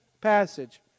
passage